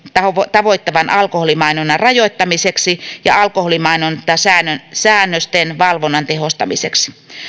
tavoittavan alkoholimainonnan rajoittamiseksi ja alkoholimainontasäännösten valvonnan tehostamiseksi